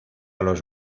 los